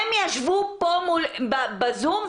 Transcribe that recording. הם ישבו פה בזום.